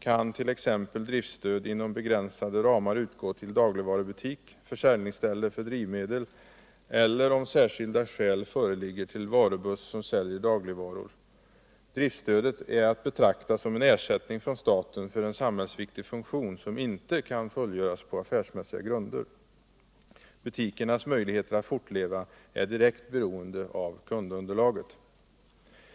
kan t.ex. driftbegränsade ramar utgå till dagligvarubutik, försäljningsställe för drivmedel eller, om särskilda skäl föreligger, till varubuss som säljer dagligvaror. Driftstödet är att betrakta som en ersättning från staten för en samhällsviktig funktion som inte kan fullgöras på affärsmässiga grunder. Butikernas möjligheter att fortleva är direkt beroende av kundunderlaget.